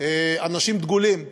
אנשים דגולים,